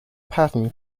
pattern